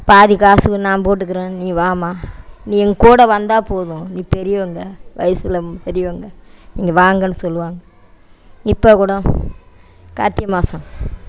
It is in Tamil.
பாதி காசு நான் போட்டுக்கிறேன் நீ வாம்மா நீ எங்ககூட வந்தால் போதும் நீங்கள் பெரியவங்க வயதில் பெரியவங்க நீங்கள் வாங்கன்னு சொல்லுவாங்க இப்போ கூடம் கார்த்திகை மாதம்